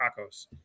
tacos